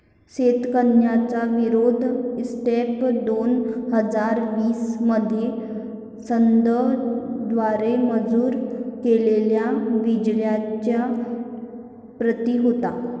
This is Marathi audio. शेतकऱ्यांचा विरोध सप्टेंबर दोन हजार वीस मध्ये संसद द्वारे मंजूर केलेल्या बिलच्या प्रति होता